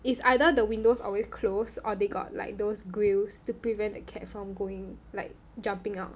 it's either the windows always close or they got like those grills to prevent the cat from going like jumping out